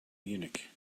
munich